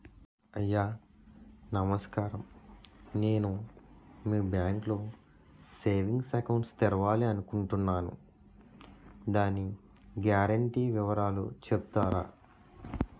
అయ్యా నమస్కారం నేను మీ బ్యాంక్ లో సేవింగ్స్ అకౌంట్ తెరవాలి అనుకుంటున్నాను దాని గ్యారంటీ వివరాలు చెప్తారా?